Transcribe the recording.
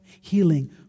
healing